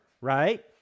right